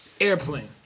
Airplane